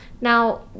Now